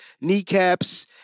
Kneecaps